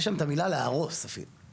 יש את המילה "להרוס" אפילו.